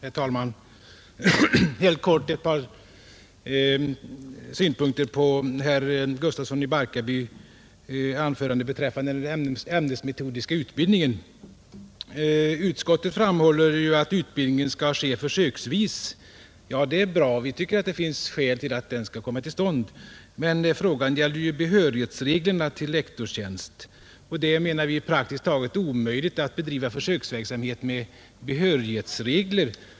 Herr talman! Jag vill helt kort anlägga ett par synpunkter på herr Gustafssons i Barkarby anförande beträffande den ämnesmetodiska utbildningen. Utskottet framhåller att utbildningen skall ske försöksvis. Ja, det är bra. Vi tycker att det finns skäl för att denna försöksverksamhet kommer till stånd. Men frågan gäller ju behörighetsreglerna för lektorstjänst. Vi menar att det är praktiskt taget omöjligt att bedriva försöksverksamhet med behörighetsregler.